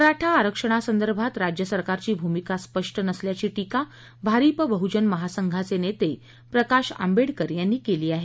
मराठा आरक्षणासंदर्भात राज्य सरकारची भूमिका स्पष्ट नसल्याची टीका भारीप बहुजन महासंघाचे नेते प्रकाश आंबेडकर यांनी केली आहे